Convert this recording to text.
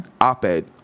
Op-ed